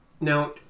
now